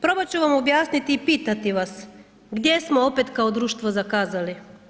Probati ću vam objasniti i pitati vas gdje smo opet kao društvo zakazali.